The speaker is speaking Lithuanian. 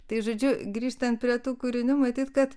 tai žodžiu grįžtant prie tų kūrinių matyt kad